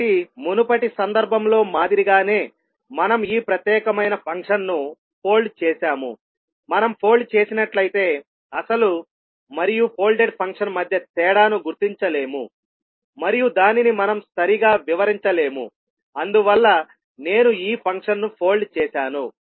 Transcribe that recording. కాబట్టి మునుపటి సందర్భంలో మాదిరిగానే మనం ఈ ప్రత్యేకమైన ఫంక్షన్ను ఫోల్డ్ చేసాముమనం ఫోల్డ్ చేసినట్లయితే అసలు మరియు ఫోల్డ్డెడ్ ఫంక్షన్ మధ్య తేడాను గుర్తించలేము మరియు దానిని మనం సరిగా వివరించలేము అందువల్ల నేను ఈ ఫంక్షన్ ను ఫోల్డ్ చేశాను